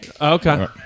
Okay